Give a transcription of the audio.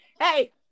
hey